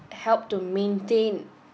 help to maintain